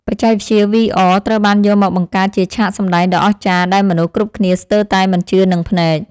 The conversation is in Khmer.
បច្ចេកវិទ្យាវីអរត្រូវបានយកមកបង្កើតជាឆាកសម្តែងដ៏អស្ចារ្យដែលមនុស្សគ្រប់គ្នាស្ទើរតែមិនជឿនឹងភ្នែក។